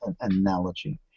analogy